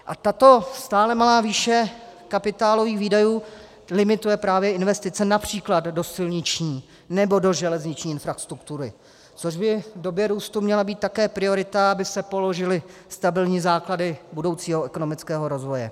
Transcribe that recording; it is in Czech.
A tato stále malá výše kapitálových výdajů limituje právě investice například do silniční nebo do železniční infrastruktury, což by v době růstu měla být také priorita, aby se položily stabilní základy budoucího ekonomického rozvoje.